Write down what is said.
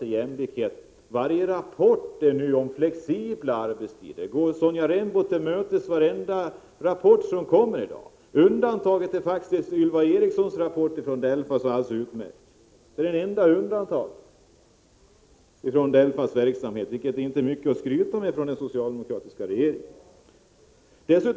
Varje rapport = 2g maj 1985 handlar nu om flexibla arbetstider. Går Sonja Rembo varje rapport som kommer i dag till mötes? Det enda undantaget är Ylva Ericssons rapport, som är alldeles utmärkt, men det är inte mycket att skryta med för den socialdemokratiska regeringen.